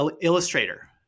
illustrator